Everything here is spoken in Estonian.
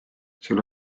seal